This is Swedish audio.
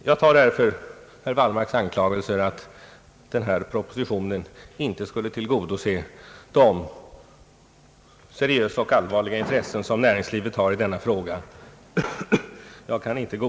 Jag kan därför inte godkänna herr Wallmarks argumentering att denna proposi tion inte skulle tillgodose de seriösa och allvarliga intressen som näringslivet har i denna fråga.